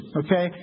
okay